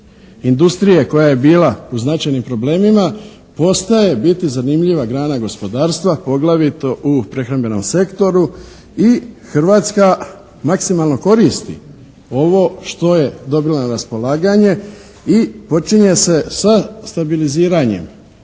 industrije koja je bila u značajnim problemima postaje biti zanimljiva grana gospodarstva poglavito u prehrambenom sektoru i Hrvatska maksimalno koristi ovo što je dobila na raspolaganje i počinje se sa stabiliziranjem